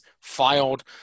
filed